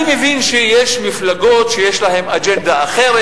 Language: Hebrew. אני מבין שיש מפלגות שיש להן אג'נדה אחרת.